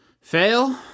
Fail